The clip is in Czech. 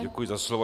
Děkuji za slovo.